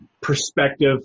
Perspective